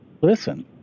listen